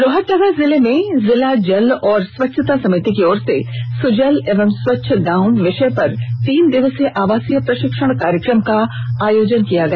लोहरदगा जिले में जिला जल एवं स्वच्छता समिति की ओर से सुजल एवं स्वच्छ गांव विषय पर तीन दिवसीय आवासीय प्रषिक्षण कार्यक्रम का आयोजन किया गया